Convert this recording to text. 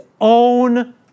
own